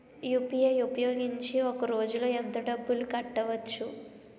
UPI ఉపయోగించి ఒక రోజులో ఎంత డబ్బులు కట్టవచ్చు?